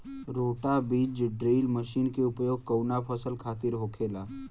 रोटा बिज drill machine के उपयोग कऊना फसल खातिर होखेला?